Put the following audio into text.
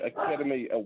Academy